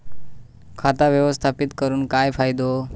खाता व्यवस्थापित करून काय फायदो?